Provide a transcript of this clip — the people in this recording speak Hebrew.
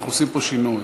אנחנו עושים פה שינוי.